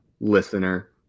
listener